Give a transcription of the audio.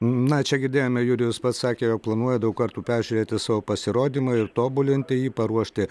na čia girdėjome jurijus pats sakė jog planuoja daug kartų peržiūrėti savo pasirodymą ir tobulinti jį paruošti